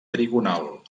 trigonal